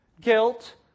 guilt